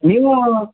ನೀವು